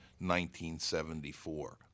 1974